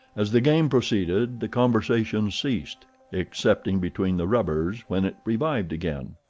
as the game proceeded the conversation ceased, excepting between the rubbers, when it revived again.